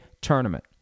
tournament